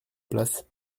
place